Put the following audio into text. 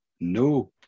no